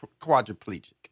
quadriplegic